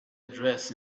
address